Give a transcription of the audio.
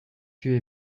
queue